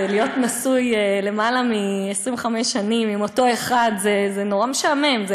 להיות נשוי יותר מ-25 שנים עם אותו אחד זה נורא משעמם,